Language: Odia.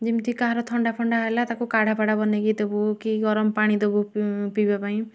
ଯେମତି କାହାର ଥଣ୍ଡା ଫଣ୍ଡା ହେଲା ତାକୁ କଢ଼ା ଫାଢ଼ା ବନେଇକି ଦବୁ କି ଗରମ ପାଣି ଦବୁ ପି ପିଇବା ପାଇଁ